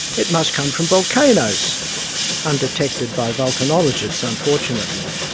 it must come from volcanoes undetected by vulcanologists unfortunately.